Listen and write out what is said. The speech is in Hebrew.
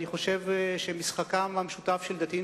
אני חושב שמשחקם המשותף של דתיים